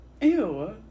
Ew